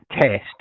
test